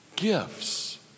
Gifts